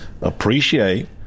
appreciate